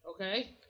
Okay